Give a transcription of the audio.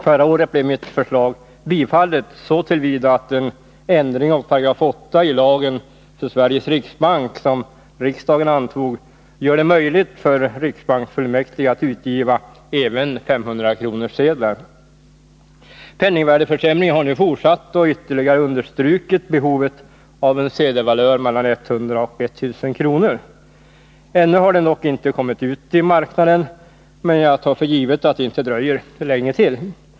Förra året blev mitt förslag bifallet så till vida att den ändring av 8 § i lagen för Sveriges riksbank som riksdagen antog gör det möjligt för riksbanksfull 85 mäktige att utge även 500-kronorssedlar. Penningvärdeförsämringen har nu fortsatt och ytterligare understrukit behovet av en sedelvalör mellan 100 och 1 000 kr. Ännu har den dock inte kommit ut i marknaden, men jag tar för givet att det inte dröjer länge till.